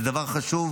זה דבר חשוב.